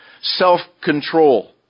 self-control